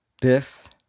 Biff